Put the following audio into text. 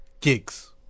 gigs